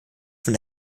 von